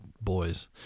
boys